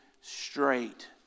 straight